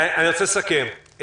אני רוצה לסכם: